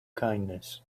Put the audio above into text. kindness